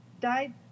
died